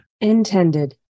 Intended